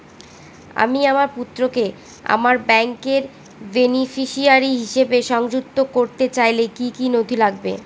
আমি আমার পুত্রকে আমার ব্যাংকের বেনিফিসিয়ারি হিসেবে সংযুক্ত করতে চাইলে কি কী নথি লাগবে?